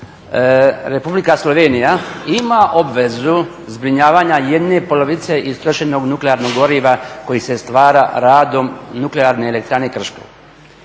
Republika Slovenija ima obvezu zbrinjavanja jedne polovice istrošenog nuklearnog goriva koji se stvara radom Nuklearne elektrane Krško,